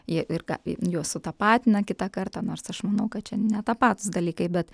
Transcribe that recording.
jie ir ką juos sutapatina kitą kartą nors aš manau kad čia netapatūs dalykai bet